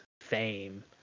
fame